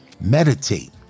meditate